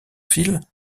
fil